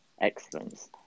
excellence